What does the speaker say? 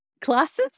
classes